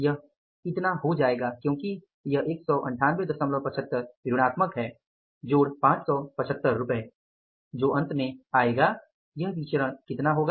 यह इतना हो जाएगा क्योंकि यह 19875 ऋणात्मक है जोड़ 575 रूपए जो अंत में आएगा यह विचरण कितना होगा